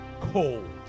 cold